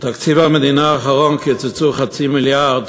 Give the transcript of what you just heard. בתקציב המדינה האחרון קיצצו חצי מיליארד